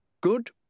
Good